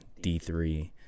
D3